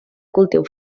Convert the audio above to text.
cultiu